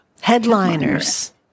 Headliners